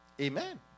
Amen